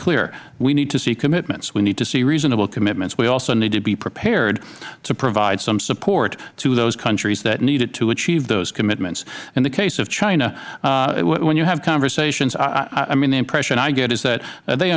clear we need to see commitments we need to see reasonable commitments we also need to be prepared to provide some support to those countries that need it to achieve those commitments in the case of china when you have conversations i mean the impression i get is that they